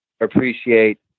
appreciate